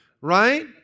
Right